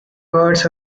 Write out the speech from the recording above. birds